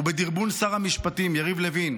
ובדרבון שר המשפטים יריב לוין,